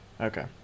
okay